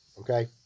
okay